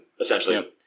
Essentially